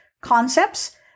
concepts